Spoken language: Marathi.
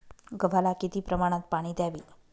गव्हाला किती प्रमाणात पाणी द्यावे?